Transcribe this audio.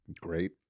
Great